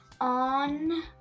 on